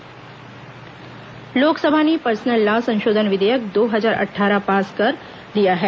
Lok Sabha personal law विधेयक लोकसभा ने personal law संशोधन विधेयक दो हजार अट्ठारह पास कर दिया है